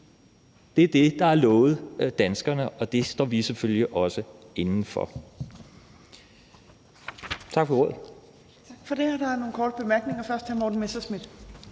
Det er det, der er lovet danskerne, og det står vi selvfølgelig også inde for.